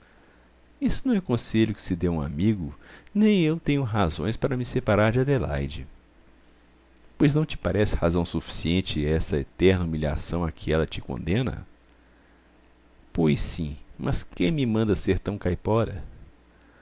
isso não é conselho que se dê a um amigo nem eu tenho razões para me separar de adelaide pois não te parece razão suficiente essa eterna humilhação a que ela te condena pois sim mas quem me manda ser tão caipora